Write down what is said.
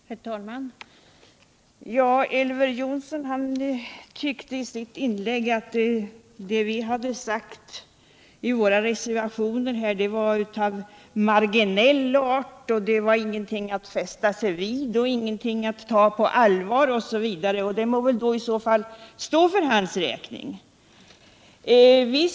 Herr talman! Elver Jonsson tyckte att det vi har sagt i våra reservationer är av marginell art, ingenting att fästa sig vid. ingenting att ta på allvar, osv. Det må i så fall stå för hans räkning.